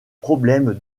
problème